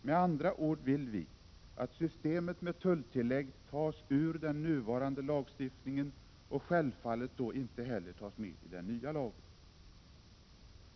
Med andra ord uttryckt vill vi att systemet med tulltillägg tas ut ur den nuvarande lagstiftningen och självfallet då inte heller tas med i den nya lagen.